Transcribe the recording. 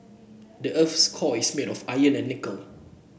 the earth's core is made of iron and nickel